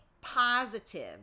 positive